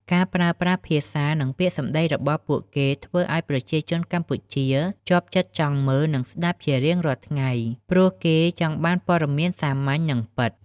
ការប្រើប្រាស់ភាសា និងពាក្យសម្ដីរបស់ពួកគេធ្វើឱ្យប្រជាជនកម្ពុជាជាប់ចិត្តចង់មើល និងស្ដាប់ជារៀងរាល់ថ្ងៃ ព្រោះគេចង់បានព័ត៌មានសាមញ្ញ និងពិត។